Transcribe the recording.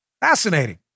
Fascinating